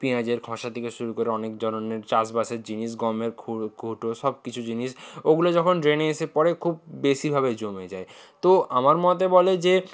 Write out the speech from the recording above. পেঁয়াজের খোসা থেকে শুরু করে অনেক ধরনের চাষবাসের জিনিস গমের খড়কুটো সব কিছু জিনিস ওগুলো যখন ড্রেনে এসে পড়ে খুব বেশিভাবে জমে যায় তো আমার মতে বলে যে